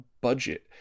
budget